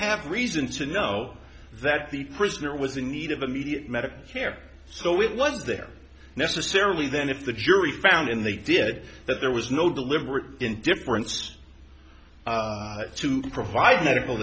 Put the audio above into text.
have reason to know that the prisoner was in need of immediate medical care so it was there necessarily then if the jury found in they did that there was no deliberate indifference to provide medical